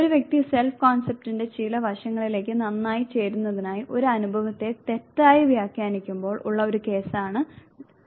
ഒരു വ്യക്തി സെൽഫ് കോൺസെപ്റ്റിന്റെ ചില വശങ്ങളിലേക്ക് നന്നായി ചേരുന്നതിനായി ഒരു അനുഭവത്തെ തെറ്റായി വ്യാഖ്യാനിക്കുമ്പോൾ ഉള്ള ഒരു കേസാണ് വളച്ചൊടിക്കൽ